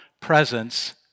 presence